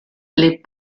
les